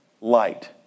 light